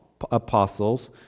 apostles